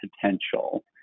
potential